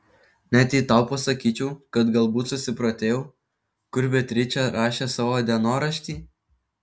net jei tau pasakyčiau kad galbūt susiprotėjau kur beatričė rašė savo dienoraštį